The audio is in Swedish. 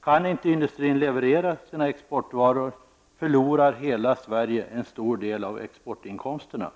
Kan inte industrin leverera sina exportvaror förlorar hela Sverige en stor del av exportinkomsterna.